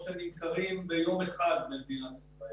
שנמכרים רכבים רגילים ביום אחד במדינת ישראל.